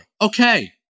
Okay